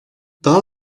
daha